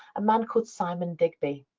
a man called simon digby.